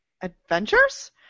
Adventures